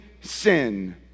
sin